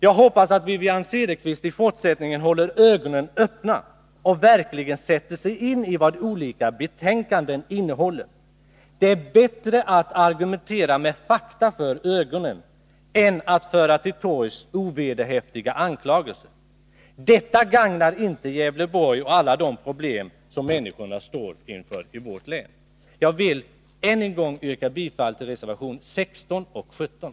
Jag hoppas att Wivi-Anne Cederqvist i fortsättningen håller ögonen öppna och verkligen sätter sig in i vad olika betänkanden innehåller. Det är bättre att argumentera med fakta för ögonen än att föra till torgs ovederhäftiga anklagelser. Wivi-Anne Cederqvists sätt att föra debatten gagnar inte Gävleborg och bidrar inte till lösningen av alla de problem som människorna står inför i vårt län. Herr talman! Jag vill än en gång yrka bifall till reservationerna 16 och 17.